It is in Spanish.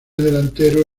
delantero